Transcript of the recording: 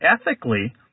ethically